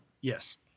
Yes